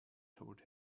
told